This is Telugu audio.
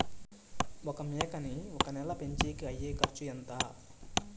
ఒక మేకని ఒక నెల పెంచేకి అయ్యే ఖర్చు ఎంత?